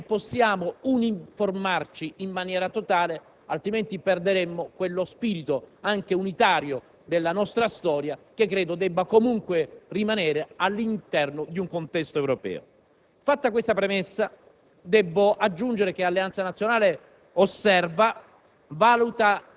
una violenza, una contraddizione in termini, anche perché non possiamo uniformarci in maniera totale, altrimenti perderemmo quello spirito unitario della nostra storia che, invece, credo vada mantenuto all'interno di un contesto europeo.